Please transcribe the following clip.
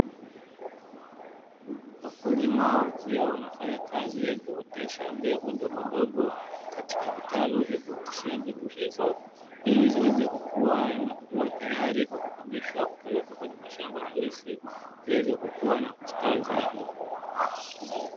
Wakulima wakiwa wanafanya kazi ya kuotesha mbegu ndogondogo katika vitalu vya kuoteshea mbegu hizo, ili ziweze kukua na kua tayari kwa kuamishwa na kupelekwa kwenye mashamba halisi yaweze kukua na kustawi zaidi.